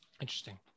Interesting